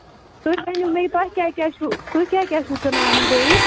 تُہۍ ؤنِو مےٚ تۄہہِ کیٛاہ کیٛاہ چھُو تُہۍ کیٛاہ کیٛاہ چھُو کٕنان بیٚیہِ